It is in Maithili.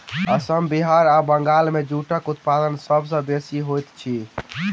असम बिहार आ बंगाल मे जूटक उत्पादन सभ सॅ बेसी होइत अछि